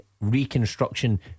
reconstruction